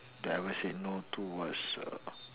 that I ever said no to was uh